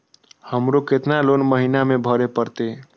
हमरो केतना लोन महीना में भरे परतें?